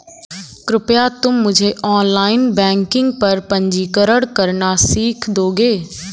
कृपया तुम मुझे ऑनलाइन बैंकिंग पर पंजीकरण करना सीख दोगे?